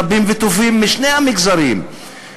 רבים וטובים משני המגזרים,